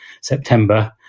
September